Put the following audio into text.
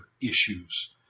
issues